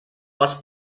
was